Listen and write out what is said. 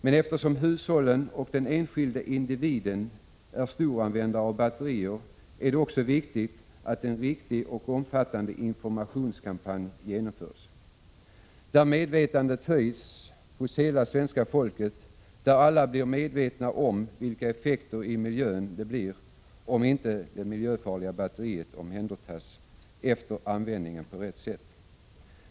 Men eftersom hushållen och den enskilda individen är storanvändare av batterier är det också viktigt att en riktig och omfattande informationskampanj genomförs, som gör att medvetandet höjs hos hela svenska folket och alla blir medvetna om vilka effekter i miljön det blir, om inte det miljöfarliga batteriet omhändertas på rätt sätt efter användning.